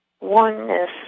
oneness